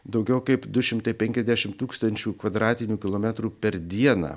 daugiau kaip du šimtai penkiasdešim tūkstančių kvadratinių kilometrų per dieną